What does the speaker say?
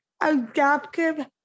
adaptive